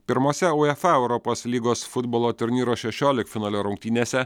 pirmose uefa europos lygos futbolo turnyro šešioliktfinalio rungtynėse